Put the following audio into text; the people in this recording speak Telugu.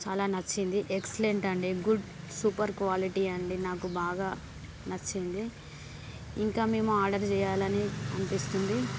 చాలా నచ్చింది ఎక్సలెంట్ అండి గుడ్ సూపర్ క్వాలిటీ అండి నాకు బాగా నచ్చింది ఇంకా మేము ఆర్డర్ చేయాలని అనిపిస్తుంది